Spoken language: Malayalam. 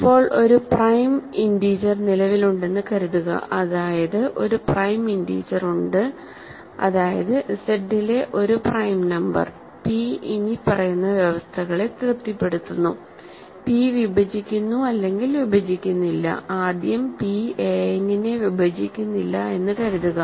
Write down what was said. ഇപ്പോൾ ഒരു പ്രൈം ഇൻറിജർ നിലവിലുണ്ടെന്ന് കരുതുക അതായത് ഒരു പ്രൈം ഇൻറിജർ ഉണ്ട് അതായത് Z ലെ ഒരു പ്രൈം നമ്പർ p ഇനിപ്പറയുന്ന വ്യവസ്ഥകളെ തൃപ്തിപ്പെടുത്തുന്നു p വിഭജിക്കുന്നു അല്ലെങ്കിൽ വിഭജിക്കുന്നില്ല ആദ്യം p a n നെ വിഭജിക്കുന്നില്ല എന്ന് കരുതുക